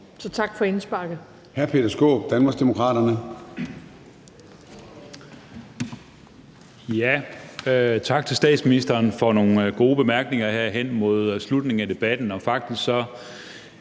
tak for indsparket.